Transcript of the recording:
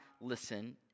listen